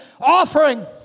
offering